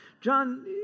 John